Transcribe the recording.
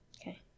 Okay